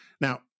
Now